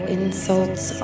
insults